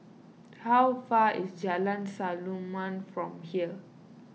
how far away is Jalan Samulun from here